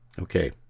Okay